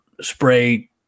spray